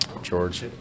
George